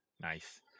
nice